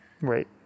Right